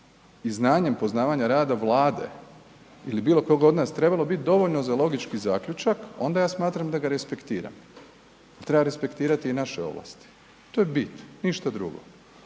i znanjem poznavanja rada Vlade ili bilo koga od nas trebalo biti dovoljno za logički zaključak, onda ja smatram da ga respektiram. Treba respektirati i naše ovlasti, to je bit, ništa drugo.